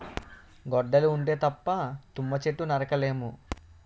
గొడ్డలి ఉంటే తప్ప తుమ్మ చెట్టు నరక లేము